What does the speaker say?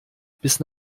bis